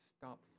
stop